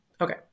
okay